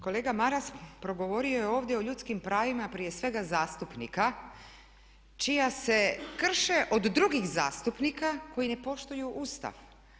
Kolega Maras progovorio je ovdje o ljudskim pravima prije svega zastupnika čija se krše od drugih zastupnika koji ne poštuju Ustav.